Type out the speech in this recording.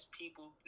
people